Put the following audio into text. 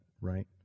right